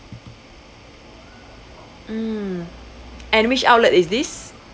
mm and which outlet is this